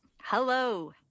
hello